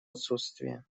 отсутствие